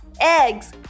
eggs